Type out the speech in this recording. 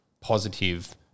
positive